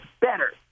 better